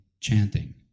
chanting